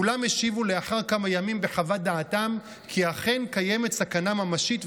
כולם השיבו לאחר כמה ימים בחוות דעתם כי אכן קיימת סכנה ממשית,